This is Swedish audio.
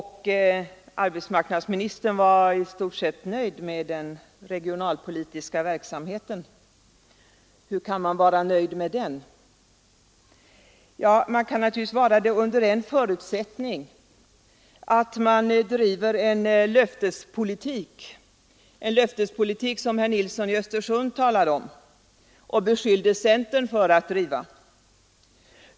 Han var i stort sett nöjd med den regionalpolitiska verksamheten. Hur kan man vara nöjd med den? Man kan naturligtvis vara det under en förutsättning, nämligen att man driver en löftespolitik, en sådan politik som herr Nilsson i Östersund talade om och beskyllde centern för att driva.